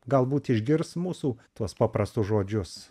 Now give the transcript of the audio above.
galbūt išgirs mūsų tuos paprastus žodžius